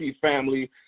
family